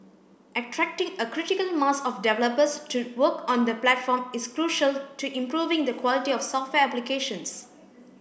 attracting a critical mass of developers to work on the platform is crucial to improving the quality of software applications